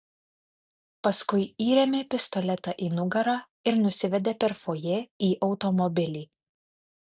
paskui įrėmė pistoletą į nugarą ir nusivedė per fojė į automobilį